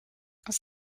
aus